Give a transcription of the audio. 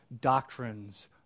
doctrines